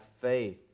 faith